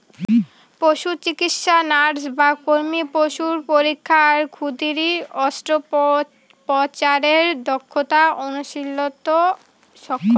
পশুচিকিৎসা nurse ও কর্মী পশুর পরীক্ষা আর ক্ষুদিরী অস্ত্রোপচারের দক্ষতা অনুশীলনত সক্ষম